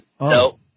no